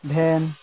ᱵᱷᱮᱱ